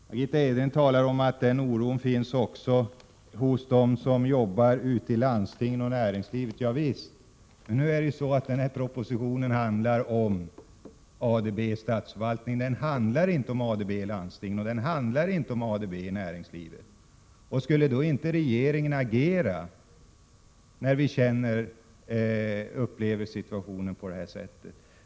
Margitta Edgren talade om att den oron finns också hos dem som arbetar i landstingen och näringslivet. Ja visst. Men nu handlar ju den här propositionen om ADB i statsförvaltningen. Den handlar inte om ADB i landstingen eller i näringslivet. Skulle då inte regeringen agera, när vi upplever situationen på detta sätt?